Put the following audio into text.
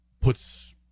puts